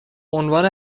عنوان